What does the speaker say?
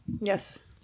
Yes